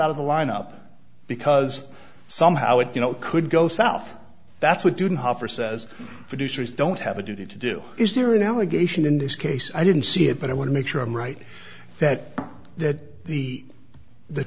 out of the lineup because somehow it you know it could go south that's what didn't hoffer says producers don't have a duty to do is there an allegation in this case i didn't see it but i want to make sure i'm right that the the t